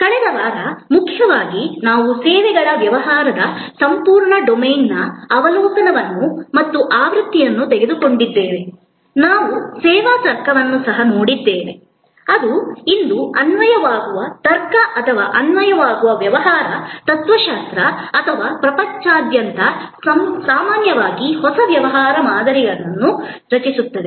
ಕಳೆದ ವಾರ ಮುಖ್ಯವಾಗಿ ನಾವು ಸೇವೆಗಳ ವ್ಯವಹಾರದ ಸಂಪೂರ್ಣ ಡೊಮೇನ್ನ ಅವಲೋಕನವನ್ನು ಮತ್ತು ಆವೃತ್ತಿಯಲ್ಲಿ ತೆಗೆದುಕೊಂಡಿದ್ದೇವೆ ನಾವು ಸೇವಾ ತರ್ಕವನ್ನು ಸಹ ನೋಡಿದ್ದೇವೆ ಅದು ಇಂದು ಅನ್ವಯವಾಗುವ ತರ್ಕ ಅಥವಾ ಅನ್ವಯವಾಗುವ ವ್ಯವಹಾರ ತತ್ವಶಾಸ್ತ್ರ ಅಥವಾ ಪ್ರಪಂಚದಾದ್ಯಂತ ಸಾಮಾನ್ಯವಾಗಿ ಹೊಸ ವ್ಯವಹಾರ ಮಾದರಿಗಳನ್ನು ರಚಿಸುತ್ತದೆ